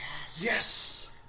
Yes